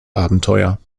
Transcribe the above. abenteuer